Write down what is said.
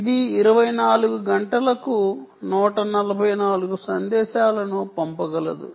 ఇది 24 గంటలకు 144 సందేశాలను పంపగలదు